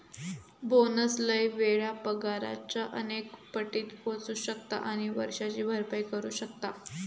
bonus लय वेळा पगाराच्या अनेक पटीत पोचू शकता आणि वर्षाची भरपाई करू शकता